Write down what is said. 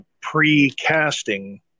pre-casting